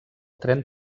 tren